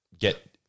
get